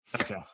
Okay